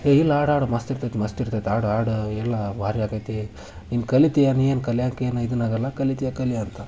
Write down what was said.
ಏ ಇಲ್ಲ ಆಡಾಡು ಮಸ್ತಿರ್ತೈತೆ ಮಸ್ತಿರ್ತೈತೆ ಆಡು ಆಡು ಎಲ್ಲ ಭಾರಿ ಆಕ್ತೈತೆ ನೀನು ಕಲೀತಿಯ ನೀ ಏನು ಕಲಿಯಾಕೇನು ಇದನ್ನಾಗಲ್ಲ ಕಲೀತಿಯ ಕಲಿ ಅಂತ